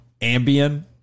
Ambien